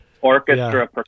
orchestra